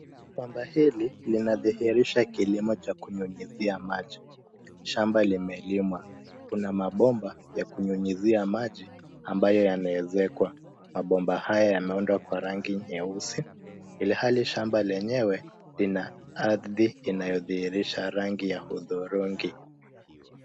Shamba hili linadhihirisha kilimo cha kunyunyizia maji. Shamba limelimwa. Kuna mabomba ya kunyunyizia maji, ambayo yameezekwa. Mabomba haya wameundwa kwa rangi nyeusi, ilhali shamba lenyewe lina ardhi inayodhihirisha rangi ya hudhurungi.